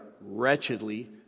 wretchedly